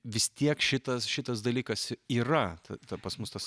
vis tiek šitas šitas dalykas yra ta pas mus tas